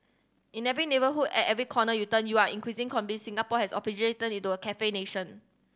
in every neighbourhood at every corner you turn you are increasing convinced Singapore has officially turned into a cafe nation